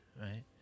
right